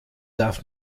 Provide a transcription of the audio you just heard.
darf